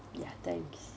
ya thanks